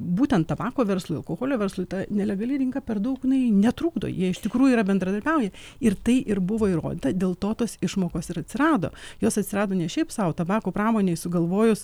būtent tabako verslui alkoholio verslui ta nelegali rinka per daug jinai netrukdo jie iš tikrųjų yra bendradarbiauja ir tai ir buvo įrodyta dėl to tos išmokos ir atsirado jos atsirado ne šiaip sau tabako pramonei sugalvojus